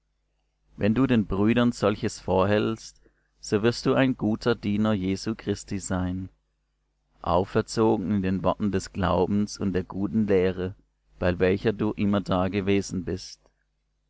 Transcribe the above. wenn du den brüdern solches vorhältst so wirst du ein guter diener jesu christi sein auferzogen in den worten des glaubens und der guten lehre bei welcher du immerdar gewesen bist